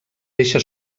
deixa